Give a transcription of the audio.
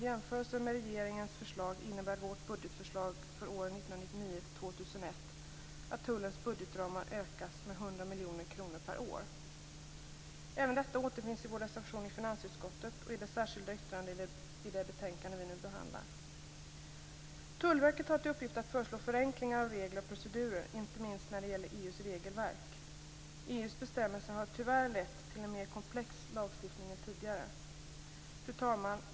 I jämförelse med regeringens förslag innebär vårt budgetförslag för åren 1999-2001 att tullens budgetramar utökas med 100 miljoner kronor per år. Även detta återfinns i vår reservation i finansutskottet och i det särskilda yttrande som fogats till det betänkande vi nu behandlar. Tullverket har till uppgift att föreslå förenklingar av regler och procedurer, inte minst när det gäller EU:s regelverk. EU:s bestämmelser har tyvärr lett till en mer komplex lagstiftning än tidigare. Fru talman!